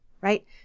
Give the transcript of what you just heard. right